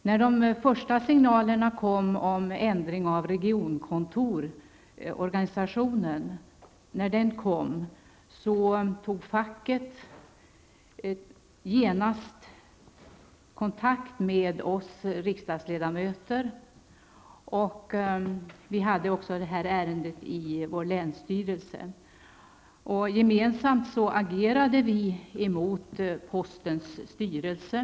När de första signalerna kom om en ändring av regionkontorsorganisationen tog facket genast kontakt med oss riksdagsledamöter. Det här ärendet var också uppe i vår länsstyrelse. Vi agerade gemensamt mot postens styrelse.